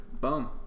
boom